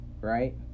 right